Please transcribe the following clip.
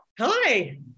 Hi